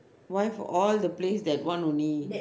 why for all the place that one only